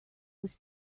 was